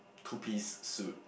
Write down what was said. two piece suit